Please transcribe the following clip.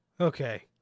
okay